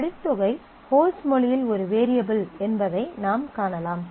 credit தொகை host மொழியில் ஒரு வேரியபிள் என்பதை நாம் காணலாம்